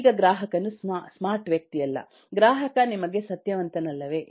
ಈಗ ಗ್ರಾಹಕನು ಸ್ಮಾರ್ಟ್ ವ್ಯಕ್ತಿಯಲ್ಲ ಗ್ರಾಹಕ ನಿಮಗೆ ಸತ್ಯವಂತನಲ್ಲವೇ